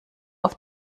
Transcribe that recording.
auf